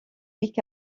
week